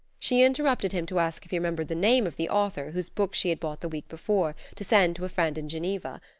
she interrupted him to ask if he remembered the name of the author whose book she had bought the week before to send to a friend in geneva.